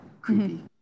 creepy